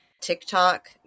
TikTok